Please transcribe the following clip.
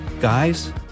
Guys